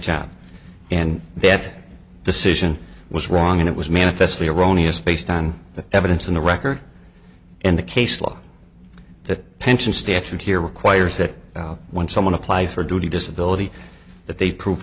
job and that decision was wrong and it was manifestly erroneous based on the evidence in the record and the case law that pension statute here requires that when someone applies for duty disability that they prove